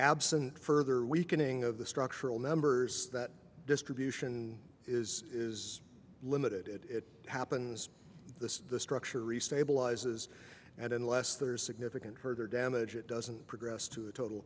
absent further weakening of the structural numbers that distribution is is limited it happens the structure re stabilizes and unless there's significant hurt or damage it doesn't progress to a total